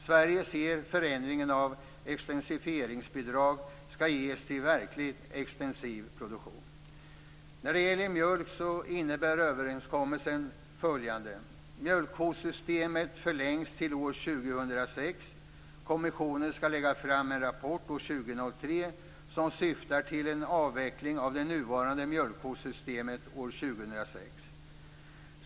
Sverige ser positivt på förändringen av extensifieringsbidraget när det gäller att det skall ges till verkligt extensiv produktion. När det gäller mjölk innebär överenskommelsen följande: Mjölkkvotssystemet förlängs till år 2006. Kommissionen skall lägga fram en rapport år 2003 som syftar till en avveckling av det nuvarande mjölkkvotssystemet år 2006.